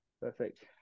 Perfect